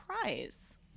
prize